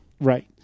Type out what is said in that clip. right